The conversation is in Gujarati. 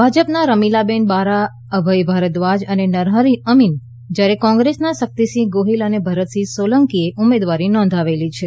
ભાજપના રમિલાબેન બારા અભય ભારદ્વાજ અને નરહરી અમિન જ્યારે કોગ્રેસના શક્તિસિંહ ગોહિલ અને ભરતસિંહ સોલંકીએ ઉમેદવારી નોધાવેલી છે